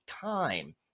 time